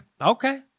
Okay